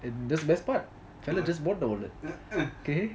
and the best part fellow just bought the wallet okay